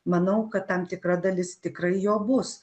manau kad tam tikra dalis tikrai jo bus